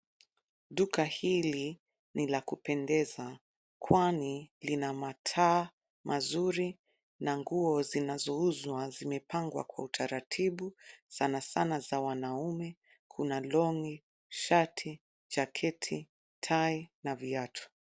Duka hili ni la kupendeza kwani lina mataa mazuri na nguo zinazouzwa zimepangwa kwa utaratibu sana sana za wanaume kuna long'i, shati, jaketi, tai na viatu.